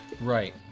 Right